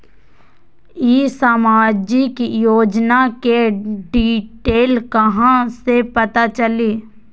ई सामाजिक योजना के डिटेल कहा से पता चली?